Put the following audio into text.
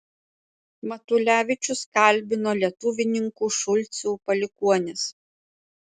matulevičius kalbino lietuvininkų šulcų palikuonis